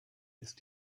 ist